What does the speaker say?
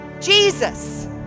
Jesus